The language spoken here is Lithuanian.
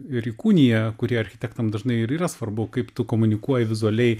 ir įkūnija kurie architektam dažnai ir yra svarbu kaip tu komunikuoji vizualiai